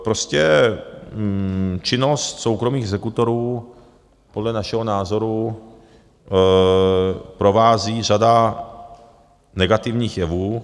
Prostě činnost soukromých exekutorů podle našeho názoru provází řada negativních jevů.